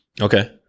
Okay